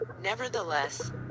Nevertheless